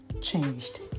changed